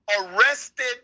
arrested